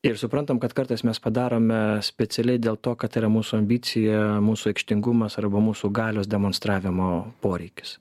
ir suprantam kad kartais mes padarome specialiai dėl to kad tai yra mūsų ambicija mūsų aikštingumas arba mūsų galios demonstravimo poreikis